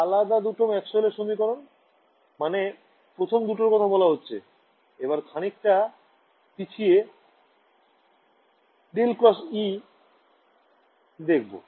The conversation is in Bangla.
আলাদা দুটো ম্যাক্সওয়েলের সমীকরণ মানে প্রথম দুটোর কথা বলা হচ্ছে এবার খানিকটা পিছিয়ে ∇× E দেখবো